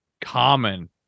common